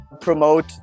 promote